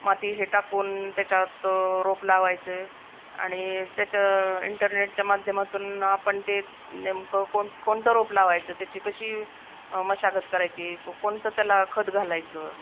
माती हे टाकून त्याच्यात रोप लावायचं आणि त्याचं इंटरनेटच्या माध्यमातून आपण ते नेमकं कोण कोणतं रोप लावायचं त्याची कशी मशागत करायची कोणतं त्याला खत घालायचं